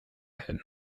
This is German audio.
helm